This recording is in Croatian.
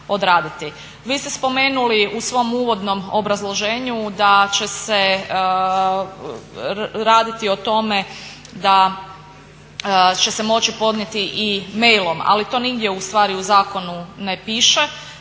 Vi ste spomenuli u svom uvodnom obrazloženju da će se raditi o tome da će se moći podnijeti i mailom, ali to nigdje u stvari u zakonu ne piše,